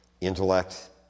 Intellect